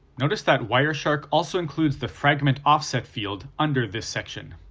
notice that wireshark also includes the fragment offset field under this section.